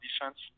defense